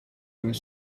were